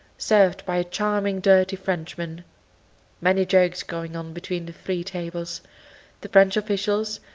served by a charming dirty frenchman many jokes going on between the three tables the french officials,